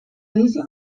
edizio